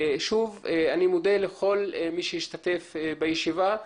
אני מודה לכל מי שהשתתף בישיבה.